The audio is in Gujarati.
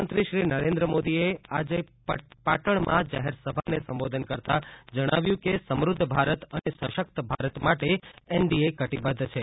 પ્રધાનમંત્રી શ્રી નરેન્દ્ર મોદીએ આજે પાટણમાં જાહેરસભાને સંબોધન કરતાં જણાવ્યું કે સમૃધ્ધ ભારત અને સશક્ત ભારત માટે એનડીએ કટિબધ્ધ છે